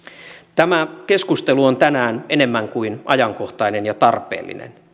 tämä keskustelu on tänään enemmän kuin ajankohtainen ja tarpeellinen